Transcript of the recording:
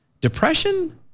depression